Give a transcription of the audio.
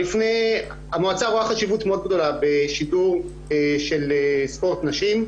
המועצה רואה חשיבות מאוד גדולה בשידור של ספורט נשים,